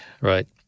right